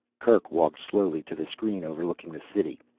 kerk walked slowly to the screen overlooking the city.